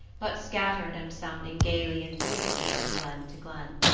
but scattered and sounding gaily and musically from glen to glen.